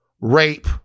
rape